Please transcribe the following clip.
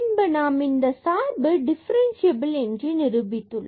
பின்பு நாம் இந்த சார்பு டிஃபரண்சியபில் என்று நிரூபித்துள்ளோம்